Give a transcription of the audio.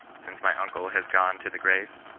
since my uncle has gone to the grave.